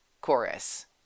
chorus